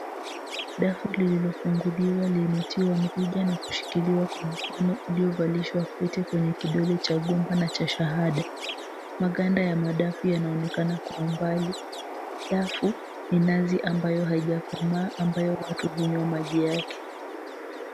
Dafu lililofunguliwa, limetiwa mrija na kushikiliwa kwa mkono uliovalishwa pete kwenye kidole cha gumba na cha shahada. Maganda ya madafu yanaonekana kwa umbali. Dafu ni nazi ambayo haijakomaa, ambayo watu hunywa maji yake.